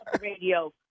radio